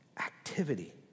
activity